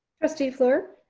trustee flour.